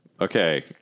Okay